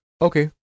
okay